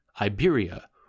Iberia